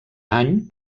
any